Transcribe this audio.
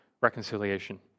reconciliation